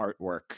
artwork